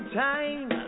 time